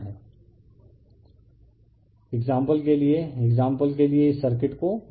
refer slide time 2346 example के लिए example के लिए इस सर्किट को लें